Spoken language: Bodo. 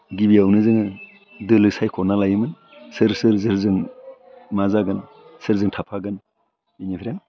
गिबियावनो जोङो दोलो सायख'ना लायोमोन सोर सोरजों मा जागोन सोरजों थाफागोन बेनिफ्राय